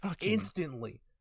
instantly